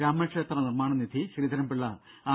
രാമക്ഷേത്ര നിർമാണ നിധി ശ്രീധരൻപിള്ള ആർ